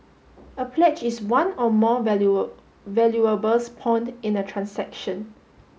a pledge is one or more valuables pawned in a transaction